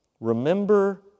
Remember